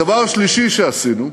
הדבר השלישי שעשינו,